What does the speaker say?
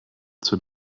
zur